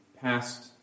past